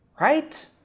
right